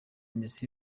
messi